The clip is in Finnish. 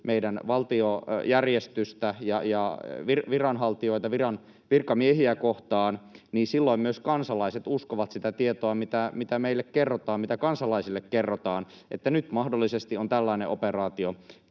meidän valtiojärjestystä ja viranhaltijoita, virkamiehiä kohtaan, kansalaiset uskovat sitä tietoa, mitä meille kansalaisille kerrotaan siitä, että nyt mahdollisesti on tällainen operaatio